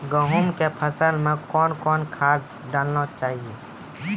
गेहूँ के फसल मे कौन कौन खाद डालने चाहिए?